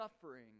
suffering